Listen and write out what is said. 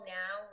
now